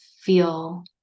feel